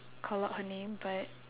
call out her name but